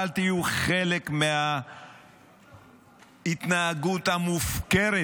אל תהיו חלק מההתנהגות המופקרת